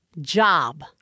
job